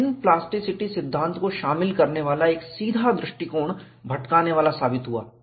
कठिन प्लास्टिसिटी सिद्धांत को शामिल करने वाला एक सीधा दृष्टिकोण भटकाने वाला साबित हुआ है